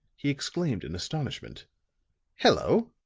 he exclaimed in astonishment hello!